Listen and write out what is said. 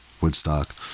Woodstock